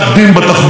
מנהרות.